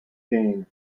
gain